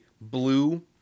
blue